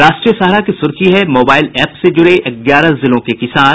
राष्ट्रीय सहारा की सुर्खी है मोबाइल एप्प से जुड़े ग्यारह जिलों के किसान